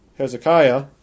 Hezekiah